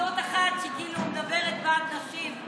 זאת אחת שכאילו מדברת בעד נשים.